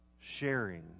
sharing